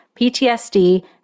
PTSD